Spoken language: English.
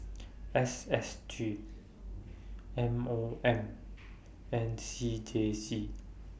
S S G M O M and C J C